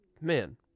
man